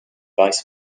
vice